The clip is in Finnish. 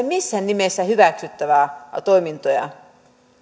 missään nimessä hyväksyttävää toimintaa